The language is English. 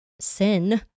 sin